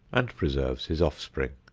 and preserves his offspring.